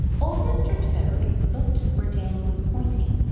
old mr. toad looked where danny was pointing,